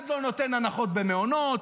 אחד לא נותן הנחות במעונות,